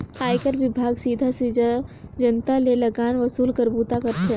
आयकर विभाग सीधा सीधा जनता ले लगान वसूले कर बूता करथे